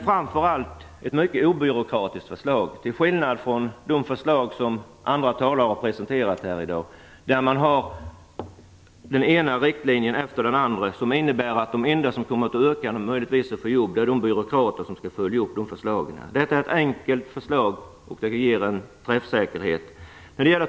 Framför allt är det ett mycket obyråkratiskt förslag till skillnad från de förslag som andra talare har presenterat här i dag. Där finns den ena riktlinjen efter den andra som innebär att de enda som kommer att få ökade möjligheter att få jobb är de byråkrater som skall följa upp förslagen. Detta är ett enkelt förslag och det ger en träffsäkerhet.